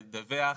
לדווח,